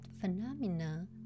phenomena